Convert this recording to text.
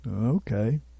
Okay